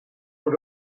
voor